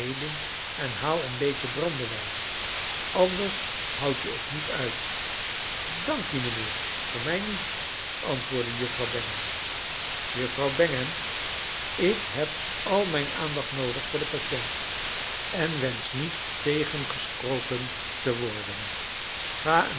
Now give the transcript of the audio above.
en haal een beetje brandewijn anders houd je t niet uit dank u mijnheer voor mij niet antwoordde juffrouw bangham juffrouw bangham ik heb al mijn aandacht noodig voor de patient en wensch niet tegengesproken te worden ga